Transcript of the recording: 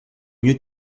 mieux